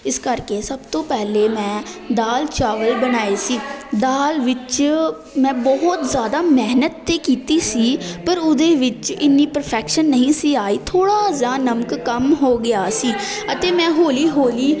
ਇਸ ਕਰਕੇ ਸਭ ਤੋਂ ਪਹਿਲਾਂ ਮੈਂ ਦਾਲ ਚਾਵਲ ਬਣਾਏ ਸੀ ਦਾਲ ਵਿੱਚ ਮੈਂ ਬਹੁਤ ਜ਼ਿਆਦਾ ਮਿਹਨਤ ਤਾਂ ਕੀਤੀ ਸੀ ਪਰ ਉਹਦੇ ਵਿੱਚ ਇੰਨੀ ਪ੍ਰਫੈਕਸ਼ਨ ਨਹੀਂ ਸੀ ਆਈ ਥੋੜ੍ਹਾ ਜਿਹਾ ਨਮਕ ਕਮ ਹੋ ਗਿਆ ਸੀ ਅਤੇ ਮੈਂ ਹੌਲੀ ਹੌਲੀ